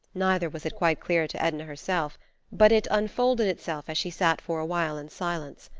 neither was it quite clear to edna herself but it unfolded itself as she sat for a while in silence.